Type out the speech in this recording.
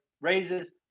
raises